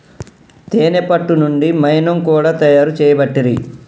తేనే పట్టు నుండి మైనం కూడా తయారు చేయబట్టిరి